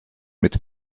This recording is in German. mit